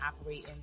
operating